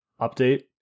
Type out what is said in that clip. update